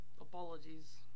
Apologies